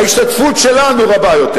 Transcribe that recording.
ההשתתפות שלנו רבה יותר.